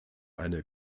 eine